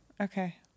Okay